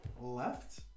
left